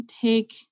take